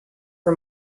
for